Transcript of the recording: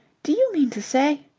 do you mean to say.